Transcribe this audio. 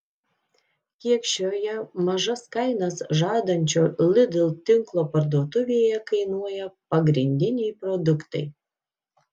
kiek šioje mažas kainas žadančio lidl tinklo parduotuvėje kainuoja pagrindiniai produktai